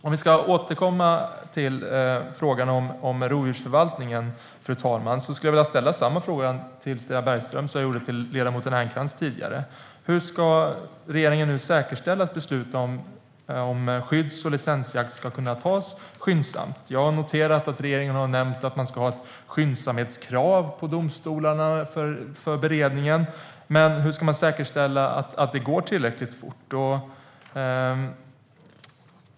Om vi ska återkomma till frågan om rovdjursförvaltningen skulle jag vilja ställa samma fråga till Stina Bergström som jag ställde till ledamoten Matilda Ernkrans tidigare. Hur ska regeringen säkerställa att beslut om skydds och licensjakt ska kunna fattas skyndsamt? Jag har noterat att regeringen har nämnt att man ska ha ett skyndsamhetskrav på domstolarna för beredningen. Men hur ska man säkerställa att det går tillräckligt fort?